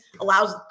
allows